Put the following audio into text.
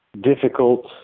difficult